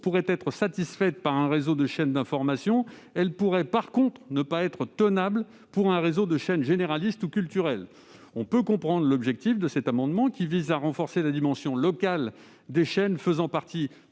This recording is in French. être satisfaite par un réseau de chaînes d'information, elle pourrait en revanche ne pas être tenable pour un réseau de chaînes généralistes ou culturelles. On peut comprendre l'objectif de cet amendement, qui est de renforcer la dimension locale des chaînes faisant partie